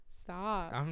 Stop